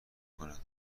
کند